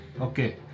Okay